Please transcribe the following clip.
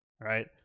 right